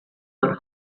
were